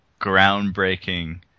groundbreaking